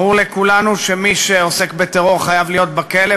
ברור לכולנו שמי שעוסק בטרור חייב להיות בכלא,